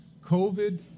COVID